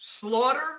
slaughter